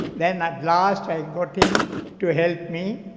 then at last i got him to help me,